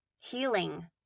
Healing